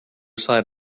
side